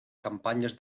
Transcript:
campanyes